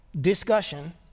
discussion